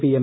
P M